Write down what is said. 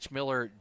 Miller